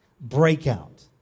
breakout